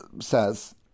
says